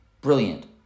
brilliant